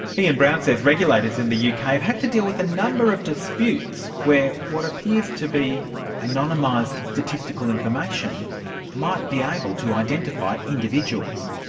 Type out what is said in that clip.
ian brown says regulators in the uk have had to deal with a number of disputes where what appears to be anonymised statistical information might be able to identify individuals.